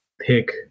pick